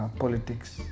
politics